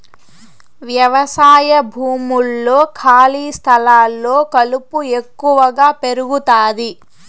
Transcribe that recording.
వ్యవసాయ భూముల్లో, ఖాళీ స్థలాల్లో కలుపు ఎక్కువగా పెరుగుతాది